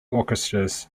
orchestras